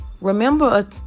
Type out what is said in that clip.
Remember